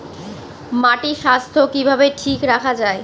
মাটির স্বাস্থ্য কিভাবে ঠিক রাখা যায়?